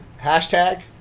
hashtag